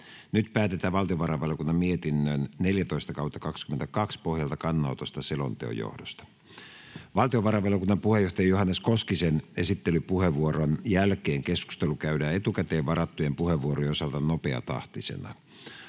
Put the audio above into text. Nyt päätetään valtiovarainvaliokunnan mietinnön VaVM 14/2022 vp pohjalta kannanotosta selonteon johdosta. Valtiovarainvaliokunnan puheenjohtajan Johannes Koskisen esittelypuheenvuoron jälkeen keskustelu käydään etukäteen varattujen puheenvuorojen osalta nopeatahtisena.